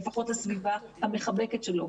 שלפחות הסביבה המחבקת שלו.